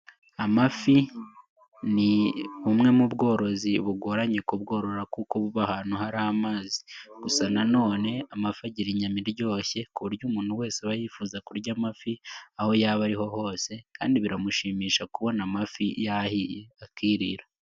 Amafi ni bumwe mu bworozi bugoranye kubworora kuko buba ahantu hari amazi, gusa nanone amafi agira inyama iryoshye, ku buryo umuntu wese aba yifuza kurya amafi aho yaba ari ho hose kandi biramushimisha kubona amafi yahiye akirira.